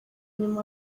nyuma